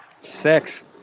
Six